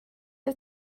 wyt